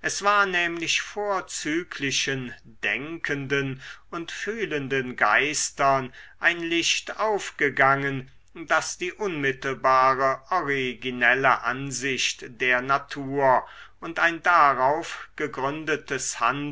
es war nämlich vorzüglichen denkenden und fühlenden geistern ein licht aufgegangen daß die unmittelbare originelle ansicht der natur und ein darauf gegründetes